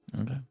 Okay